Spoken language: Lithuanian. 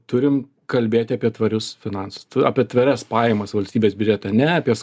turim kalbėt apie tvarius finansus apie tvarias pajamas valstybės biudžetą ne apie